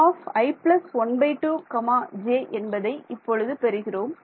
Exi 12 j என்பதை இப்பொழுது பெறுகிறோம்